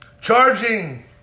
charging